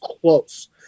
close